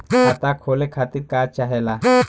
खाता खोले खातीर का चाहे ला?